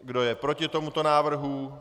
Kdo je proti tomuto návrhu?